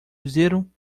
bezerro